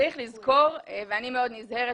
צריך לזכור ואני מאוד נזהרת